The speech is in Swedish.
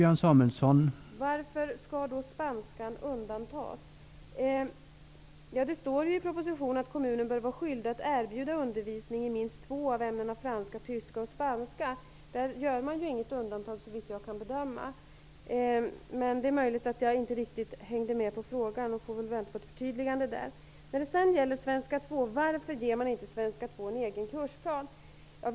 Varför skall spanskan undantas? Det står i propositionen att kommunen bör vara skyldig att erbjuda undervisning i minst två av ämnen franska, tyska och spanska. Där gör man såvitt jag kan bedöma inget undantag. Det är möjligt att jag inte riktigt hängde med på frågan. Jag får vänta på ett förtydligande. Varför ger man inte svenska 2 en egen kursplan?